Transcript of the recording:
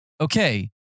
okay